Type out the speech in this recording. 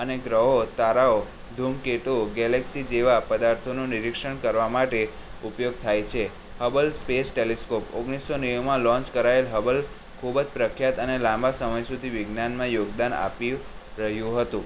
અને ગ્રહો તારાઓ ધૂમકેતુ ગેલેક્સિ જેવાં પદાર્થોનું નિરીક્ષણ કરવા માટે ઉપયોગ થાય છે હબલ સ્પેસ ટેલિસ્કોપ ઓગણીસો નેવુંમાં લોંચ કરાયેલ હબલ ખૂબ જ પ્રખ્યાત અને લાંબા સમય સુધી વિજ્ઞાનમાં યોગદાન આપી રહ્યું હતું